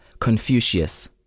Confucius